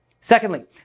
secondly